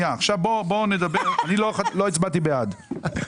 אני לא הצבעתי בעד.